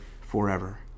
forever